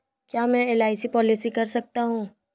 क्या मैं LIC policy कर सकता हूं?